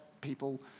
people